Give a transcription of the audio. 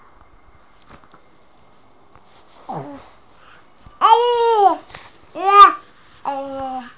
मैं ऋण चुकौती के दौरान सिबिल स्कोर कैसे बढ़ा सकता हूं?